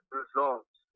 results